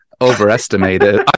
overestimated